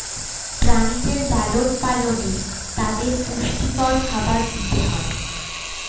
প্রাণীদের লালন পালনে তাদের পুষ্টিকর খাবার দিতে হয়